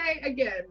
again